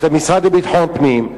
את המשרד לביטחון פנים,